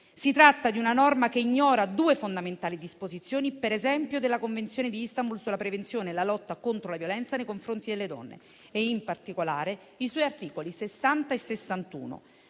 Si tratta di una norma che ignora due fondamentali disposizioni, per esempio, della Convenzione di Istanbul sulla prevenzione e la lotta contro la violenza nei confronti delle donne e, in particolare, gli articoli 60 e 61.